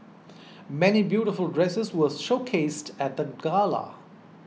many beautiful dresses were showcased at the gala